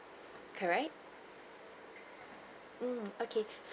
correct mm okay so